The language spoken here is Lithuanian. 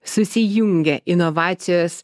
susijungia inovacijos